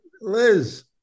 Liz